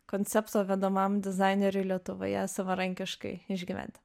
koncepto vedamam dizaineriui lietuvoje savarankiškai išgyvent